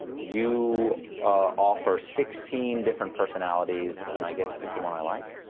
you offer sixteen different personalities, and i get to pick the one i like?